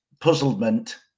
puzzlement